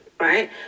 right